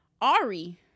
Ari